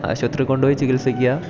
ആശുപത്രിയില് കൊണ്ടുപോയി ചികിത്സിക്കുക